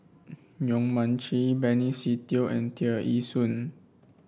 Yong Mun Chee Benny Se Teo and Tear Ee Soon